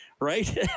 Right